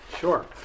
Sure